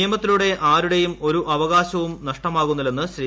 നിയമത്തിലൂടെ ആരുടേയും ഒരു അവകാശവും നഷ്ടമാകുന്നില്ലെന്ന് ശ്രീ